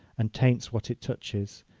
and taints what it touches!